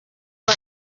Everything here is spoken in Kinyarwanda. rwa